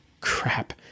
Crap